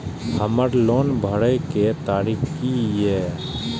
हमर लोन भरय के तारीख की ये?